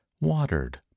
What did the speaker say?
watered